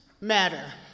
matter